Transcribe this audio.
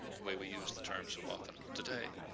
way we use the term so often today.